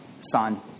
Son